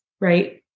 right